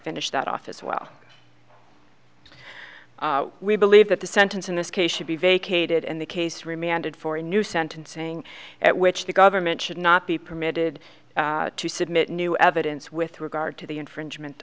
finish that off as well we believe that the sentence in this case should be vacated and the case remanded for a new sentencing at which the government should not be permitted to submit new evidence with regard to the infringement